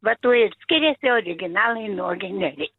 va tuo ir skiriasi originalai nuo generi